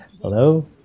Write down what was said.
Hello